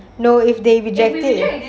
no if they rejected it